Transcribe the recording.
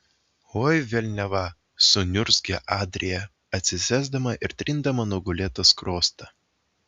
oi velniava suniurzgė adrija atsisėsdama ir trindama nugulėtą skruostą